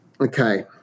Okay